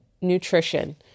nutrition